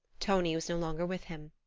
tonie was no longer with him.